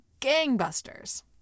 gangbusters